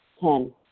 Ten